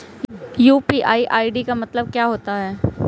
UPI ID का मतलब क्या होता है?